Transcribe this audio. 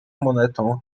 monetą